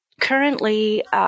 currently